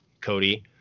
Cody –